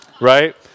Right